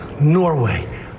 Norway